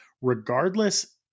regardless